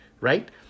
right